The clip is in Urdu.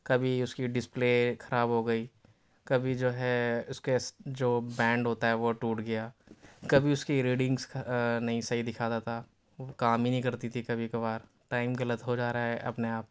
کبھی اس کی ڈسپلے خراب ہو گئی کبھی جو ہے اس کے جو بینڈ ہوتا ہے وہ ٹوٹ گیا کبھی اس کی ریڈنگس نہیں صحیح دکھاتا تھا کام ہی نہیں کرتی تھی کبھی کبھار ٹائم غلط ہو جا رہا ہے اپنے آپ